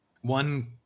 One